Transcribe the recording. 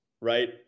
right